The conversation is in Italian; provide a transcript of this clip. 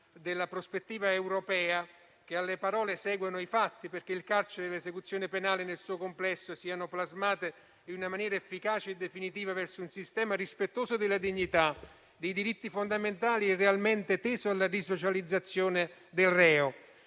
della prospettiva europea, che alle parole seguano i fatti, perché il carcere e l'esecuzione penale nel suo complesso siano plasmati in una maniera efficace e definitiva verso un sistema rispettoso della dignità, dei diritti fondamentali e realmente teso alla risocializzazione del reo.